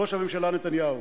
ראש הממשלה נתניהו.